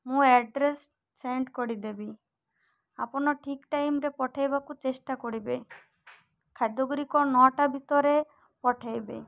ମୁଁ address send କରିଦେବି ଆପଣ ଠିକ୍ ଟାଇମ୍ରେ ପଠାଇବାକୁ ଚେଷ୍ଟା କରିବେ ଖାଦ୍ୟଗୁଡ଼ିକ କ'ଣ ନଅଟା ଭିତରେ ପଠାଇବେ